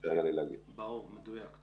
ברור, מדויק.